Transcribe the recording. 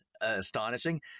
astonishing